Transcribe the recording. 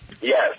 Yes